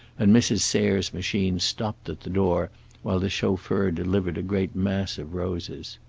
and mrs. sayre's machine stopped at the door while the chauffeur delivered a great mass of roses.